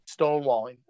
stonewalling